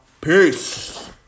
Peace